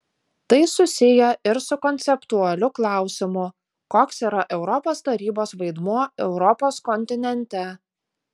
tai susiję ir su konceptualiu klausimu koks yra europos tarybos vaidmuo europos kontinente